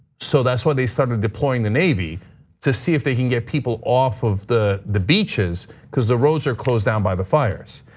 so that's when they started deploying the navy to see if they can get people off of the the beaches cuz the roads are closed down by the fires.